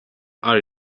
are